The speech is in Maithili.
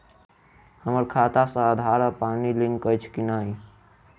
हम्मर खाता सऽ आधार आ पानि लिंक अछि की नहि?